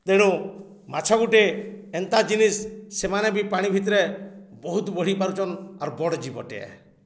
ତେଣୁ ମାଛ ଗୁଟେ ଏନ୍ତା ଜିନିଷ୍ ସେମାନେ ବି ପାଣି ଭିତ୍ରେ ବହୁତ୍ ବଢ଼ି ପାରୁଚନ୍ ଆର୍ ବଡ଼୍ ଜୀବଟେ ଏ